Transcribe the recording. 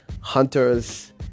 hunters